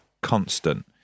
constant